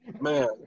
Man